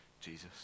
Jesus